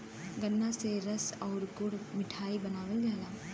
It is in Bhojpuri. गन्रा से रस आउर गुड़ मिठाई बनावल जाला